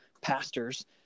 pastors